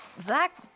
Zach